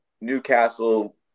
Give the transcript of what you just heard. newcastle